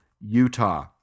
Utah